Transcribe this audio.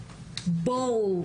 בואו,